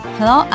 Hello